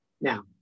Now